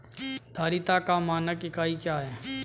धारिता का मानक इकाई क्या है?